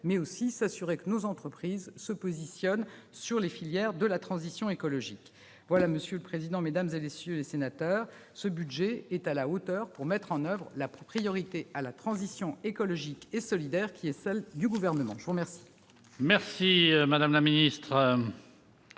mais aussi s'assurer que nos entreprises se positionnent sur les filières de la transition écologique. Monsieur le président, mesdames, messieurs les sénateurs, ce budget est à la hauteur pour mettre en oeuvre la priorité à la transition écologique et solidaire qui est celle du Gouvernement. Nous allons